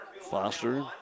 Foster